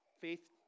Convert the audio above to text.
faith